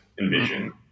envision